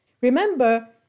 Remember